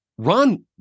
Ron